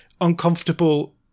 uncomfortable